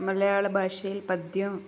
മലയാളഭാഷയിൽ പദ്യം